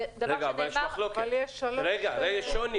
זה דבר שנאמר --- אבל יש שוני.